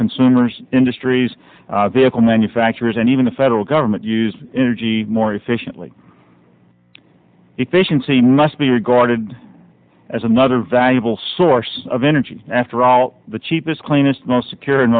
consumers industries vehicle manufacturers and even the federal government use energy more efficiently efficiency must be regarded as another valuable source of energy after all the cheapest cleanest most secure